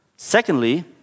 Secondly